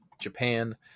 Japan